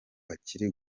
akiri